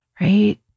right